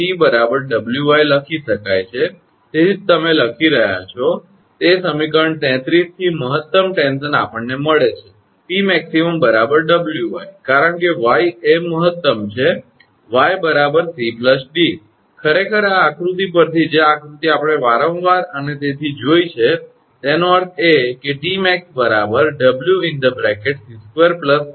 એનો અર્થ એ કે આ સમીકરણ 𝑇 𝑊𝑦 લખી શકાય છે તેથી જ તમે લખી રહ્યા છો કે તે સમીકરણ 33 થી મહતમ ટેન્શન આપણને મળે છે 𝑇𝑚𝑎𝑥 𝑊𝑦 કારણ કે 𝑦 એ મહત્તમ છે 𝑦 𝑐 𝑑 ખરેખર આ આકૃતિ પરથી જે આકૃતિ આપણે વારંવાર અને તેથી જોઈ છે તેનો અર્થ એ કે 𝑇𝑚𝑎𝑥 𝑊√𝑐2 𝑠2 આ સમીકરણ 42 છે